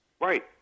Right